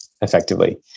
effectively